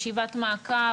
ישיבת מעקב.